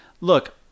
look